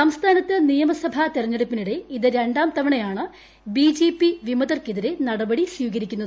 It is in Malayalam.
ഈ സംസ്ഥാനത്ത് നിയമസ്ട്രിട്ടാ തെരഞ്ഞെടുപ്പിനിടെ ഇത് രണ്ടാം തവണയാണ് ബി ജെ പി വിമതർക്കെതിരെ നടപടി സ്വീകരിക്കുന്നത്